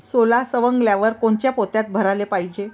सोला सवंगल्यावर कोनच्या पोत्यात भराले पायजे?